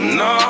no